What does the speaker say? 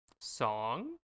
song